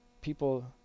people